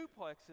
Duplexes